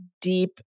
deep